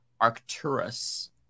Arcturus